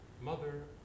Mother